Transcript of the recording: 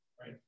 right